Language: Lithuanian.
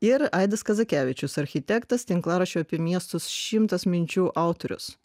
ir aidas kazakevičius architektas tinklaraščio apie miestus šimtas minčių autorius